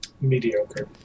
mediocre